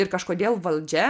ir kažkodėl valdžia